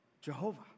Jehovah